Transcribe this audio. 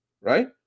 right